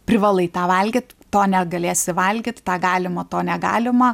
privalai tą valgyt to negalėsi valgyt tą galima to negalima